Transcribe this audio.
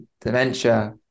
dementia